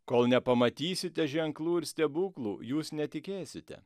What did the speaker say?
kol nepamatysite ženklų ir stebuklų jūs netikėsite